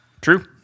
True